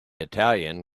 italian